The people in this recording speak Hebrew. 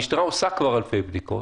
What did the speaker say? המשטרה כבר עושה אלפי בדיקות.